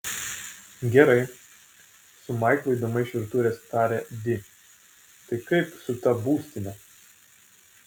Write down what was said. gerai su maiklu eidama iš virtuvės tarė di tai kaip su ta būstine